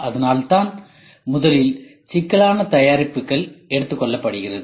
அதனால்தான் முதலில் சிக்கலான தயாரிப்புகள் எடுத்துக் கொள்ளப்படுகிறது